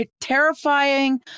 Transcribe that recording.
Terrifying